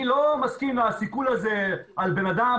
אני לא מסכים לסיכול הזה על בן אדם,